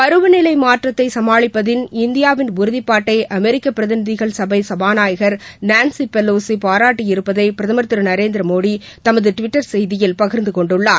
பருவநிலை மாற்றத்தை சமாளிப்பதில் இந்தியாவின் உறுதிப்பாட்டை அமெரிக்க பிரதிநிதிகள் சபை சபாநாயகர் நான்சி பெலோசி பாராட்டியிருப்பதை பிரதமர் திரு நரேந்திர மோடி தமது டுவிட்டர் செய்தியில் பகிர்ந்து கொண்டுள்ளார்